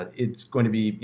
it's going to be,